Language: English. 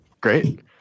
Great